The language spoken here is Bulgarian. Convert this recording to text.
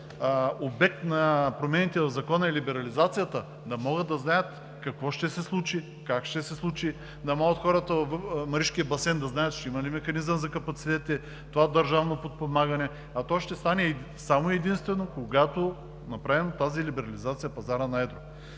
са обект на промените в Закона и либерализацията, да могат да знаят какво ще се случи, как ще се случи. Да могат хората от Маришкия басейн да знаят ще има ли механизъм за капацитетите, това държавно подпомагане, а то ще стане само и единствено, когато направим тази либерализация на пазара на едро.